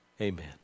Amen